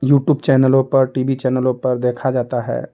YouTube चैनलों पर T V चैनलों पर देखा जाता है